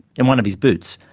and one of his boots,